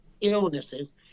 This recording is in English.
illnesses